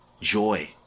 joy